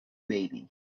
maybe